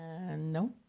No